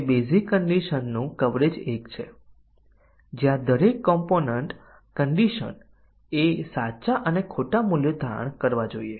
છેલ્લા સત્રમાં અમે કન્ડિશન ટેસ્ટીંગ તરફ ધ્યાન આપતા હતા અને જો તમને યાદ હોય કે એક સરળ કન્ડિશન ટેસ્ટીંગ દરેક એટોમિક કન્ડિશન સાચા અને ખોટા બંને મૂલ્યોની બનેલી છે